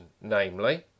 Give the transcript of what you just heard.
namely